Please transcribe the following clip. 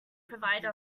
provide